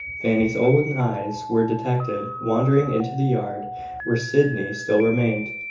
fanny's own eyes were detected wandering into the yard where sydney still remained.